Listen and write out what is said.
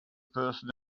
person